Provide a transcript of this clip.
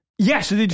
Yes